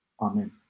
Amen